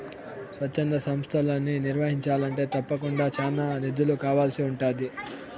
స్వచ్ఛంద సంస్తలని నిర్వహించాలంటే తప్పకుండా చానా నిధులు కావాల్సి ఉంటాది